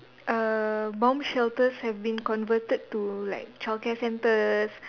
err bomb shelters have been converted to like childcare centres